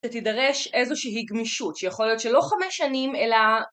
תידרש איזושהי גמישות שיכול להיות שלא חמש שנים אלא